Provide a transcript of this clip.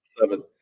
Seven